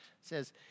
says